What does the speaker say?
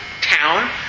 town